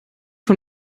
von